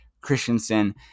Christensen